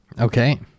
Okay